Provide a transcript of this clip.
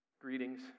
Greetings